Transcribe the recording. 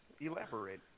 Elaborate